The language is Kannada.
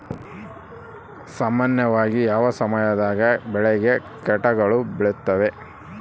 ಸಾಮಾನ್ಯವಾಗಿ ಯಾವ ಸಮಯದಾಗ ಬೆಳೆಗೆ ಕೇಟಗಳು ಬೇಳುತ್ತವೆ?